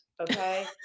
Okay